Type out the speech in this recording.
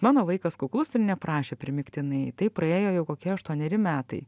mano vaikas kuklus ir neprašė primygtinai taip praėjo jau kokie aštuoneri metai